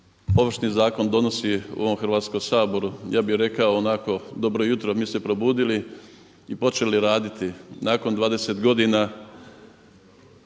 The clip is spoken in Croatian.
Ovršni zakon donosi u ovom Hrvatskom saboru ja bih rekao onako dobro jutro mi se probudili i počeli raditi nakon 20 godina